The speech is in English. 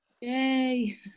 Yay